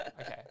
okay